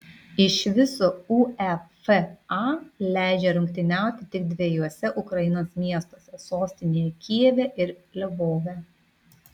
iš viso uefa leidžia rungtyniauti tik dviejuose ukrainos miestuose sostinėje kijeve ir lvove